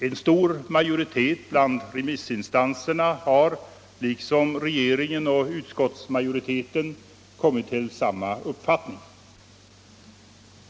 En stor majoritet bland remissinstanserna har, liksom regeringen och utskottsmajoriteten, kommit till samma uppfattning.